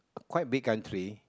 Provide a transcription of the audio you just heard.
quite big country